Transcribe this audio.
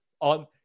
on